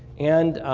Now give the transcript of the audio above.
and